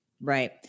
right